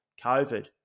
COVID